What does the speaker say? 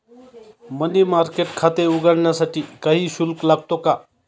मनी market खाते उघडण्यासाठी काही शुल्क लागतो का?